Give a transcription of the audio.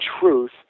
truth